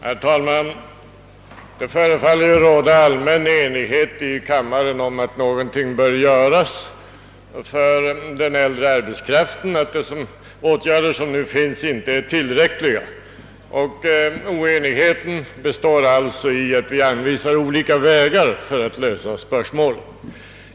Herr talman! Det förefaller råda allmän enighet i kammaren om att någonting bör göras för den äldre arbetskraften och att nuvarande åtgärder inte är tillräckliga. Oenigheten består i att vi anvisar olika vägar för att lösa spörsmålet.